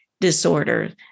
disorder